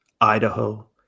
Idaho